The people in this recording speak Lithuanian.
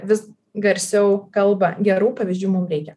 vis garsiau kalba gerų pavyzdžių mum reikia